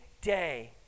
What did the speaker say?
day